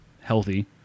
healthy